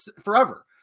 forever